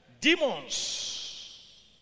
Demons